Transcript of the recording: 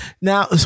Now